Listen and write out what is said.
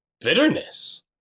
bitterness